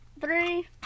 Three